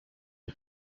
you